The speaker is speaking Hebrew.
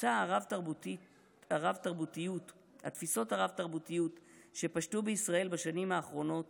התפיסות הרב-תרבותיות שפשטו בישראל בשנים האחרונות